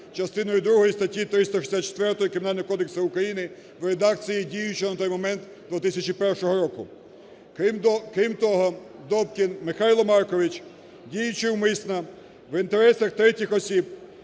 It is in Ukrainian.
частиною другою статті 364 Кримінального кодексу України в редакції діючого на той момент 2001 року. Крім того, Добкін Михайло Маркович, діючи умисно в інтересах третіх осіб,